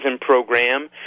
program